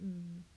mm